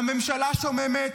הממשלה שוממת,